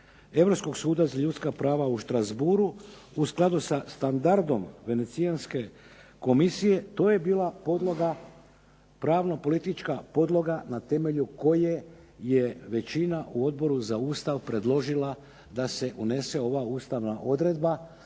Europskog suda za ljudska prava u Strasbourghu u skladu sa standardom Venecijanske komisije, to je bila podloga pravno politička podloga na temelju koje je većina na Odboru predložila da se unese ova ustavna odredba